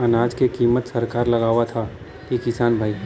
अनाज क कीमत सरकार लगावत हैं कि किसान भाई?